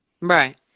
Right